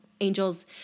Angel's